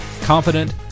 confident